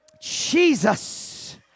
Jesus